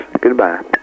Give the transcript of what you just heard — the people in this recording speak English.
Goodbye